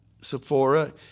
Sephora